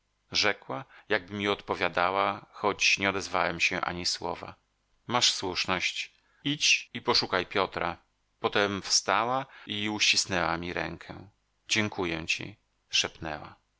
rzekła jakby mi odpowiadała choć nie odezwałem się ani słowa masz słuszność idź i poszukaj piotra potem wstała i uścisnęła mi rękę dziękuję ci